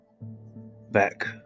back